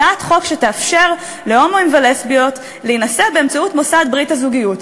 הצעת חוק שתאפשר להומואים ולסביות להינשא באמצעות מוסד ברית הזוגיות,